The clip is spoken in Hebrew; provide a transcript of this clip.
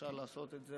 אפשר לעשות את זה